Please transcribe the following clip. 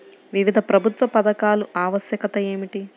వివిధ ప్రభుత్వా పథకాల ఆవశ్యకత ఏమిటి?